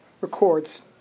records